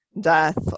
death